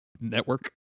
network